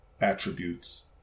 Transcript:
attributes